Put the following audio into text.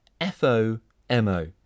F-O-M-O